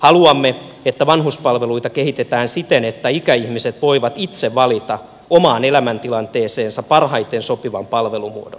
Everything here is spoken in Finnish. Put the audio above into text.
haluamme että vanhuspalveluita kehitetään siten että ikäihmiset voivat itse valita omaan elämäntilanteeseensa parhaiten sopivan palvelumuodon